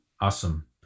Awesome